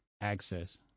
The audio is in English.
access